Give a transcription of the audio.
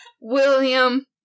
William